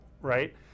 right